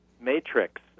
Matrix